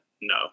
no